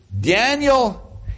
Daniel